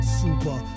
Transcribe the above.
super